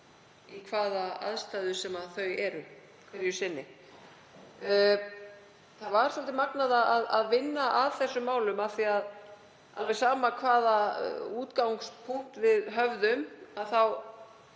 Það var svolítið magnað að vinna að þessum málum af því að alveg sama hvaða útgangspunkt við í